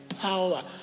power